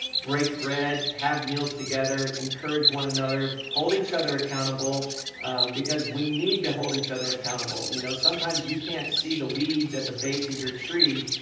break bread, have meals together, encourage one another, hold each other accountable because we need to hold each other accountable. you know sometimes you can't see the weeds at the base of your tree.